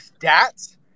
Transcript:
stats